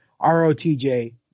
ROTJ